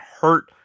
hurt